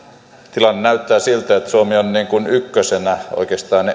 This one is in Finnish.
tilanne näyttää siltä että suomi on niin kuin ykkösenä oikeastaan